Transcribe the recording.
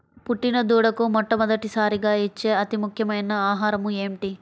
పుట్టిన దూడకు మొట్టమొదటిసారిగా ఇచ్చే అతి ముఖ్యమైన ఆహారము ఏంటి?